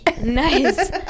Nice